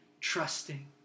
trusting